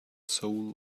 soul